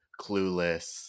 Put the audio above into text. clueless